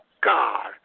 God